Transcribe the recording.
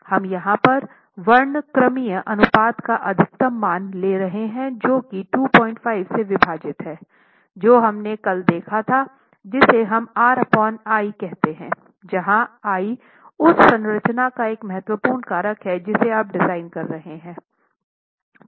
हम यहाँ पर वर्णक्रमीय अनुपात का अधिकतम मान ले रहे हैं जो कि 25 से विभाजित है जो हमने कल देखा था जिसे हम RI कहते हैं जहाँ आई उस स संरचना का एक महत्त्वपूर्ण कारक है जिसे आप डिज़ाइन कर रहे हैं